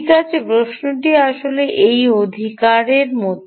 ঠিক আছে প্রশ্নটি আসলে এই অধিকার মত